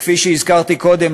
וכפי שהזכרתי קודם,